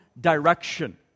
direction